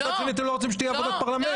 מצד שני אתם לא רוצים שתהיה עבודת פרלמנט.